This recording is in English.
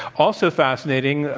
also fascinating,